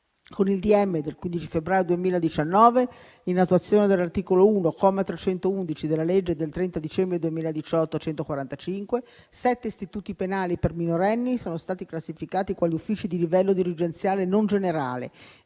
giustizia del 15 febbraio 2019, in attuazione dell'articolo 1, comma 311, della legge del 30 dicembre 2018, n. 145, sette istituti penali per minorenni sono stati classificati quali uffici di livello dirigenziale non generale,